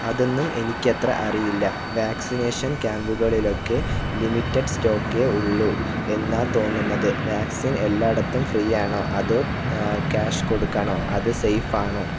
അതെന്നും എനിക്കത്ര അറിയില്ല വാക്സിനേഷൻ ക്യാമ്പുകളിലൊക്കെ ലിമിറ്റഡ് സ്റ്റോക്കേ ഉള്ളൂ എന്നാണ് തോന്നുന്നത് വാക്സിൻ എല്ലായിടത്തും ഫ്രീയാണോ അതോ ക്യാഷ് കൊടുക്കണോ അത് സേഫ് ആണോ